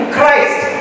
Christ